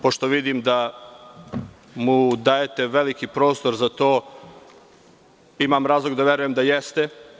Pošto vidim da mu dajete veliki prostor za to, imam razlog da verujem da jeste.